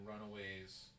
Runaways